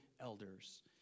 elders